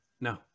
No